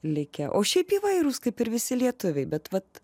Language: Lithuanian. likę o šiaip įvairūs kaip ir visi lietuviai bet vat